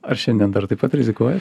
ar šiandien taip pat rizikuojat